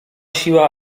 siła